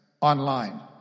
online